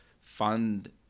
fund